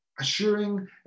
assuring